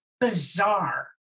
bizarre